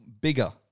bigger